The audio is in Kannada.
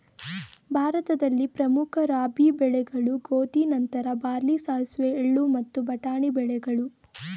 ಭಾರತದಲ್ಲಿ ಪ್ರಮುಖ ರಾಬಿ ಬೆಳೆಗಳು ಗೋಧಿ ನಂತರ ಬಾರ್ಲಿ ಸಾಸಿವೆ ಎಳ್ಳು ಮತ್ತು ಬಟಾಣಿ ಬೆಳೆಗಳು